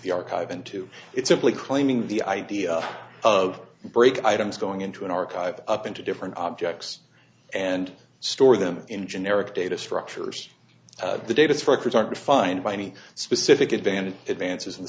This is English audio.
the archive into it simply claiming the idea of break items going into an archive up into different objects and store them in generic data structures the data structures aren't defined by any specific advantage advances in